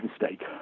mistake